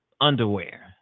underwear